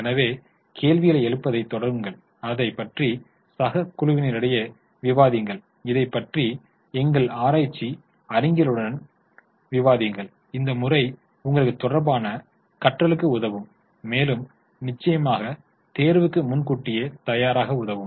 எனவே கேள்விகளை எழுப்புவதை தொடருங்கள் அதைப் பற்றி சக குழுவினரிடையே விவாதிங்கள் இதை பற்றி எங்கள் ஆராய்ச்சி அறிஞர்களுடனும் விவாதிங்கள் இந்த முறை உங்களுக்கு தொடர்ச்சியான கற்றலுக்கு உதவும் மேலும் நிச்சயமாக தேர்வுக்கு முன்கூட்டியே தயாராக உதவும்